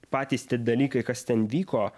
patys tie dalykai kas ten vyko